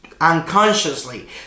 Unconsciously